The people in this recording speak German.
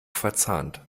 verzahnt